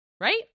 Right